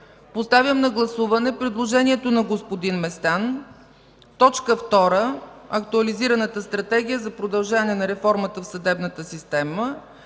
Поставям на гласуване предложението на господин Местан точка втора – Актуализирана Стратегия за продължаване на реформата в съдебната система,